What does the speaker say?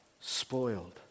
Spoiled